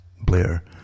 Blair